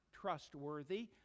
trustworthy